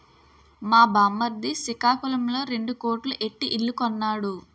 మా బామ్మర్ది సికాకులంలో రెండు కోట్లు ఎట్టి ఇల్లు కొన్నాడు